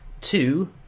two